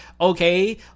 okay